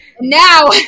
Now